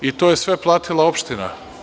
I to je sve platila opština.